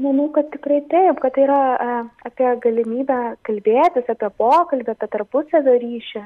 manau kad tikrai taip kad tai yra apie galimybę kalbėtis apie pokalbį apie tarpusavio ryšį